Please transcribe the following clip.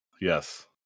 Yes